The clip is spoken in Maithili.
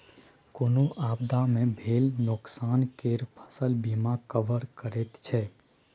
कोनो आपदा मे भेल नोकसान केँ फसल बीमा कवर करैत छै